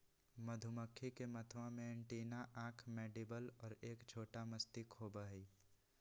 मधुमक्खी के मथवा में एंटीना आंख मैंडीबल और एक छोटा मस्तिष्क होबा हई